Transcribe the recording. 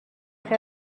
خیر